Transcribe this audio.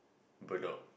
Bedok